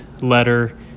letter